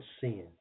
sin